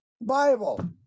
bible